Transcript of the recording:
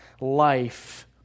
life